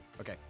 Okay